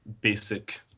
basic